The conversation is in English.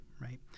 Right